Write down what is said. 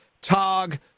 Tog